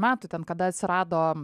metų ten kada atsirado